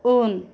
उन